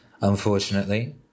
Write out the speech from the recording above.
unfortunately